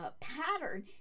pattern